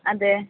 അതെ